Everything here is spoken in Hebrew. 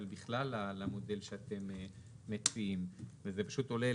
בכלל למודל שאתם מציעים וזה פשוט עולה,